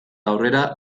aurrera